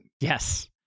Yes